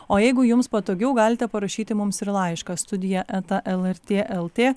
o jeigu jums patogiau galite parašyti mums ir laišką studija eta lrt lt